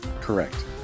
Correct